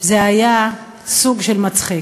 זה היה סוג של מצחיק.